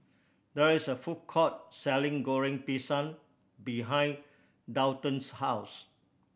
there is a food court selling Goreng Pisang behind Daulton's house